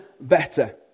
better